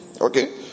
Okay